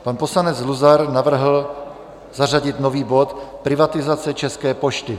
Pan poslanec Luzar navrhl zařadit nový bod Privatizace České pošty.